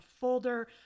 folder